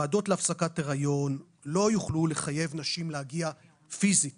ועדות להפסקת היריון לא יוכלו לחייב נשים להגיע פיסית